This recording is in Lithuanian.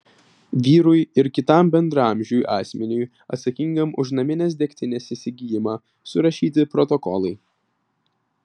vyrui ir kitam bendraamžiui asmeniui atsakingam už naminės degtinės įsigijimą surašyti protokolai